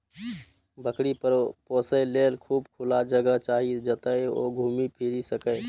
बकरी पोसय लेल खूब खुला जगह चाही, जतय ओ घूमि फीरि सकय